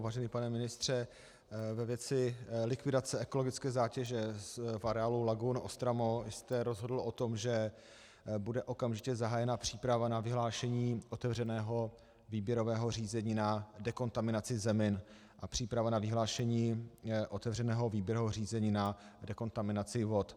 Vážený pane ministře, ve věci likvidace ekologické zátěže v areálu lagun OSTRAMO jste rozhodl o tom, že bude okamžitě zahájena příprava na vyhlášení otevřeného výběrového řízení na dekontaminaci zemin a příprava na vyhlášení otevřeného výběrového řízení na dekontaminaci vod.